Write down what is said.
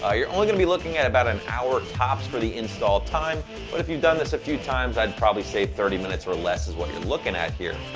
you're only gonna be looking at about an hour tops for the install time but if you've done this a few times, i'd probably say thirty minutes or less is what you're looking at here.